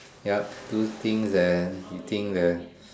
yup do things that you think that